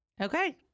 okay